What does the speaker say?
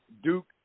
Duke